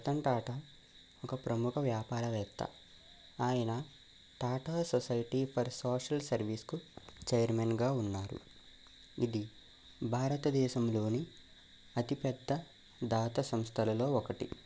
రతన్ టాటా ఒక ప్రముఖ వ్యాపారవేత్త ఆయన టాటా సొసైటీ ఫర్ సోషల్ సర్వీస్కు చెయిర్మెన్గా ఉన్నారు ఇది భారతదేశంలోని అతిపెద్ద దాత సంస్థలలో ఒకటి